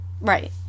right